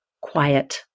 quiet